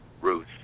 Ruth